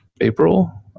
April